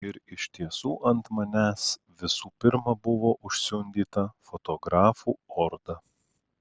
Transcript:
ir iš tiesų ant manęs visų pirma buvo užsiundyta fotografų orda